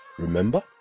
Remember